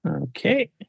Okay